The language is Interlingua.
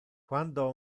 quando